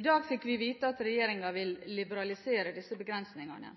I dag fikk vi vite at regjeringen vil liberalisere disse begrensningene.